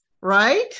Right